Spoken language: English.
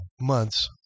Months